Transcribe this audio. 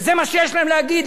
וזה מה שיש להם להגיד,